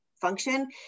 function